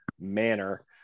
manner